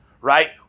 right